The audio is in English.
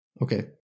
okay